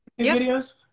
videos